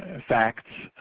ah facts.